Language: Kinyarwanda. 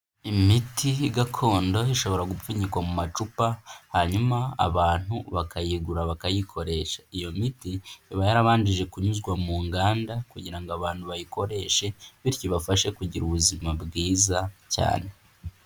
Imiti gakondo ishobora gupfunyikwa mu macupa, hanyuma abantu bakayigura bakayikoresha. Iyo miti iba yarabanjije kunyuzwa mu nganda kugira ngo abantu bayikoreshe, bityo ibafashe kugira ubuzima bwiza cyane.